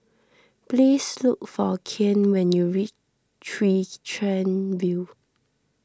please look for Kian when you reach Chwee Chian View